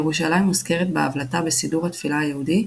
ירושלים מוזכרת בהבלטה בסידור התפילה היהודי,